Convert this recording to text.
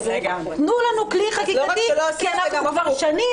תנו לנו כלי חקיקתי כי אנחנו כבר שנים